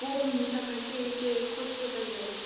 गरमनि थाखायसो एसे खस्थ' जायो आरो